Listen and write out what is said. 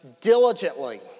diligently